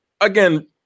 again